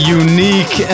unique